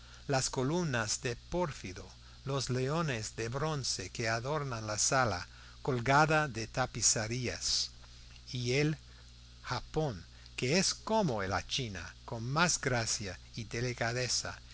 las columnas de pórfido los leones de bronce que adornan la sala colgada de tapicerías y el japón que es como la china con más gracia y delicadeza